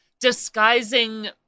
disguising